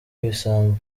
ibisambo